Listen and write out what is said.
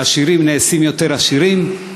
והעשירים נעשים עשירים יותר,